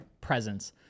presence